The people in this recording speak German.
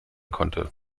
konnte